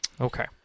Okay